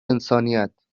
انسانیت